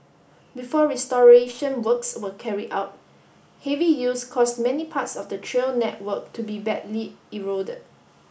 before restoration works were carried out heavy use caused many parts of the trail network to be badly eroded